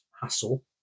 hassle